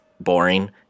boring